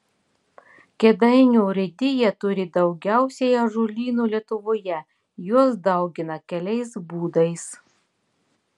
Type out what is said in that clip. kėdainių urėdija turi daugiausiai ąžuolynų lietuvoje juos daugina keliais būdais